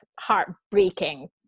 heartbreaking